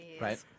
Right